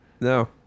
No